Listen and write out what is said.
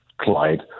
Clyde